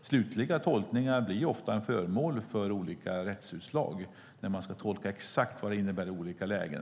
slutliga tolkningar ofta blir föremål för olika rättsutslag när man ska tolka exakt vad det innebär i olika lägen.